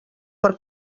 per